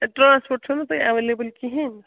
transport چھُ نا تۄہہِ ایٚولیبٕل کِہیٖنۍ